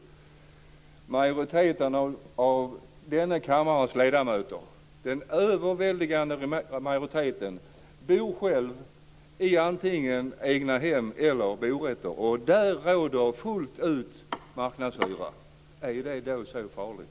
Den överväldigande majoriteten av denna kammares ledamöter bor själv i antingen egnahem eller borätter. Där råder fullt ut marknadshyra. Är det då så farligt?